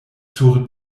sur